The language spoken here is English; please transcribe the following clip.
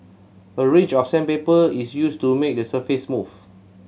a range of sandpaper is used to make the surface smooth